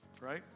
Right